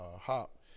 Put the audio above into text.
hop